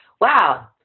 wow